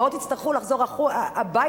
אמהות יצטרכו לחזור הביתה,